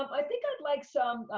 um i think i'd like some,